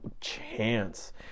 chance